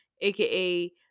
aka